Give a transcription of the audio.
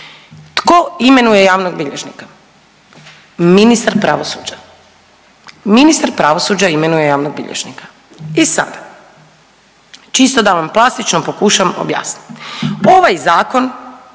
Tko imenuje javnog bilježnika? Ministar pravosuđa. Ministar pravosuđa imenuje javnog bilježnika. I sad čisto da vam plastično pokušam objasniti. Ovaj zakon